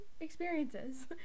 experiences